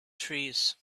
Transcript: trees